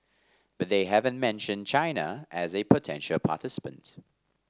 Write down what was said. but they haven't mentioned China as a potential participant